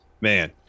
man